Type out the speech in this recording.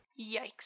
Yikes